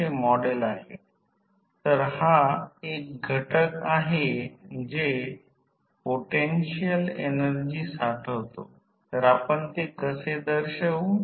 म्हणूनच हे सर्किट आहे परंतु जेव्हा समकक्ष सर्किट दिसते तेव्हा हे R1 X1 तेथे दुर्लक्षित नाही